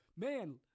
Man